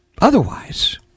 otherwise